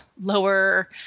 lower